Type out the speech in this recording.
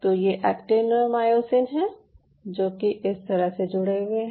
तो ये एक्टिन और मायोसिन हैं जो कि इस तरह से जुड़े हुए हैं